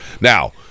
Now